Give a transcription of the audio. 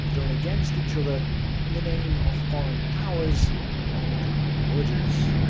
thrown against each other in the name of foreign powers and ideologies.